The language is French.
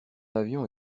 avion